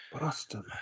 Boston